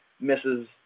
misses